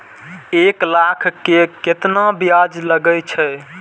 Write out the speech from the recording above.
एक लाख के केतना ब्याज लगे छै?